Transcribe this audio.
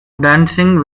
dancing